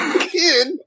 Kid